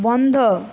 বন্ধ